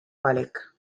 valik